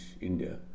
India